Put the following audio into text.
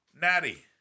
Natty